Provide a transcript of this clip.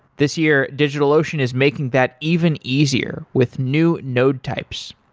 this year, digitalocean is making that even easier with new node types.